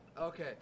okay